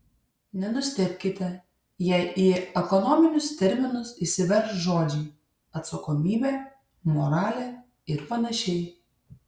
nenustebkite jei į ekonominius terminus įsiverš žodžiai atsakomybė moralė ir panašiai